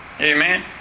Amen